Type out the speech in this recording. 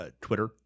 Twitter